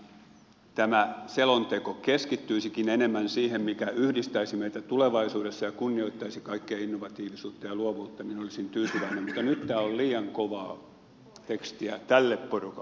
kun tämä selonteko keskittyisikin enemmän siihen mikä yhdistäisi meitä tulevaisuudessa ja kunnioittaisi kaikkea innovatiivisuutta ja luovuutta niin olisin tyytyväinen mutta nyt tämä on liian kovaa tekstiä tälle porukalle